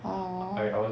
!aww!